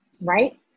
right